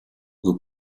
vous